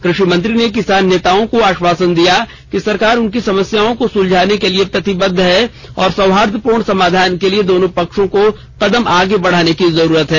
कृषि मंत्री ने किसान नेताओं को आश्वासन दिया कि सरकार उनकी समस्याओं को सुलझाने के लिए प्रतिबद्ध है और सौहार्दपूर्ण समाधान के लिए दोनों पक्षों को कदम आगे बढाने की जरूरत है